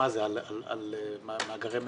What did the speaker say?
זה על מאגרי מידע?